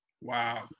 Wow